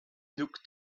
looked